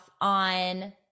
on